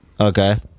Okay